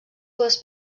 dues